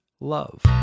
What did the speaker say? love